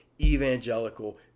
evangelical